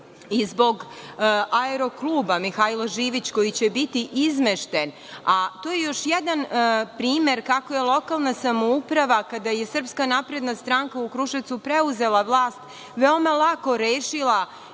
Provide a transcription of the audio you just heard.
i zbog Aero-kluba „Mihjalo Živić“, koji će biti izmešten, a to je još jedan primer kako je lokalna samouprava, kada je SNS u Kruševcu preuzela vlast, veoma lako rešila